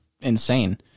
insane